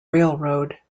railroad